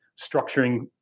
structuring